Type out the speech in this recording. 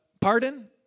pardon